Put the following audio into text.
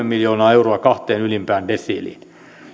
miljoonaa euroa kahteen ylimpään desiiliin